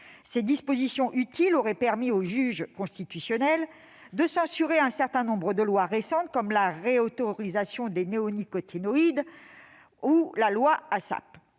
Ces dispositions utiles auraient permis au juge constitutionnel de censurer un certain nombre de lois récentes, comme la réautorisation des néonicotinoïdes ou les